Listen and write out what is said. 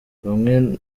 bamwe